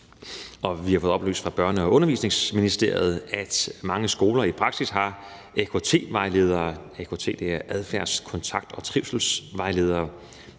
også fået oplyst fra Børne- og Undervisningsministeriet, at mange skoler i praksis har AKT-vejledere – AKT-vejledere er adfærds-, kontakt- og trivselsvejledere.